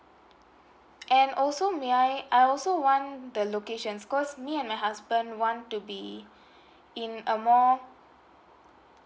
and also may I I also want the locations 'cos me and my husband want to be in a more